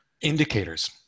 Indicators